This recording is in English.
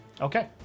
okay